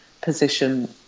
position